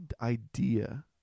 idea